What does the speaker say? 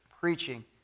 preaching